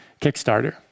Kickstarter